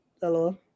Hello